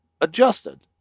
adjusted